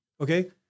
okay